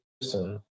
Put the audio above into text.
person